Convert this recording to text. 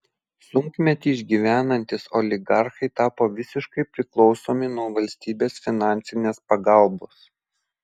sunkmetį išgyvenantys oligarchai tapo visiškai priklausomi nuo valstybės finansinės pagalbos